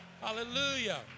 Hallelujah